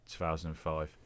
2005